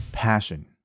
passion